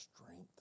strength